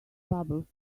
bubbles